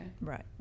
right